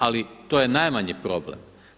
Ali to je najmanji problem.